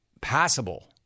passable